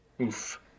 Oof